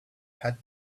had